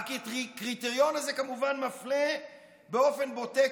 והקריטריון הזה כמובן מפלה באופן בוטה,